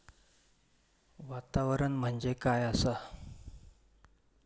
वातावरण म्हणजे काय असा?